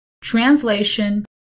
Translation